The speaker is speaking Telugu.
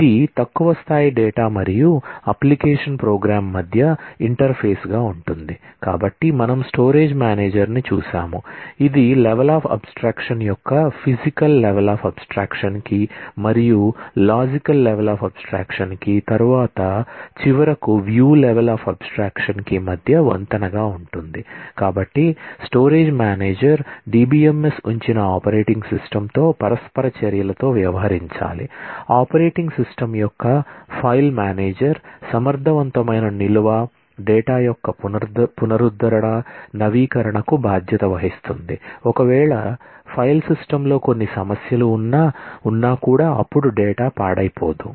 ఇది తక్కువ స్థాయి డేటా మరియు అప్లికేషన్ ప్రోగ్రామ్ లో కొన్ని సమస్యలు ఉన్నా కూడా అప్పుడు డేటా పాడైపోదు